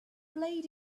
played